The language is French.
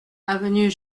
avenue